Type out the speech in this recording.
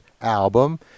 album